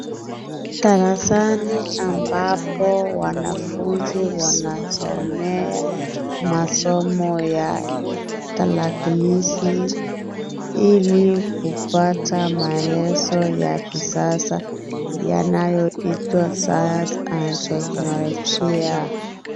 Darasani ambapo wanafunzi wanasomea masomo ya tarakilishi ili kupata maelezo ya kisasa yanayoitwa science and teknolojia.